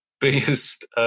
biggest